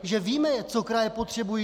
Že víme, co kraje potřebují.